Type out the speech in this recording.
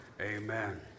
Amen